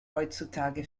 heutzutage